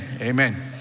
amen